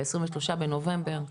ב-23 בנובמבר,